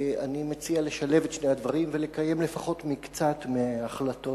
אני מציע לשלב את שני הדברים ולקיים לפחות מקצת מהחלטות